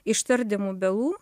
iš tardymų bylų